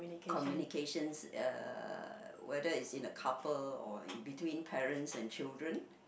communications uh whether is in a couple or between parents and children